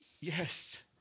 yes